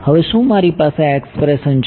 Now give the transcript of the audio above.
હવે શું મારી પાસે આ એક્સપ્રેશન છે